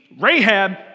Rahab